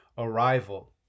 arrival